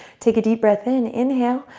take a deep breath in, inhale.